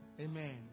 amen